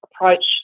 approach